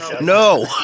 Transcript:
no